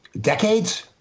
decades